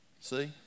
See